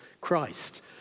Christ